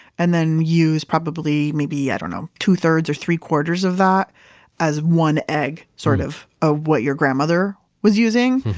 and then use probably, maybe, i don't know, two thirds or three quarters of that as one egg sort of of what your grandmother was using.